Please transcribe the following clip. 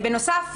בנוסף,